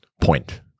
point